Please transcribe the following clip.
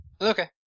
Okay